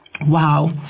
Wow